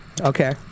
Okay